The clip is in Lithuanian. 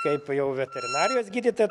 kaip jau veterinarijos gydytoja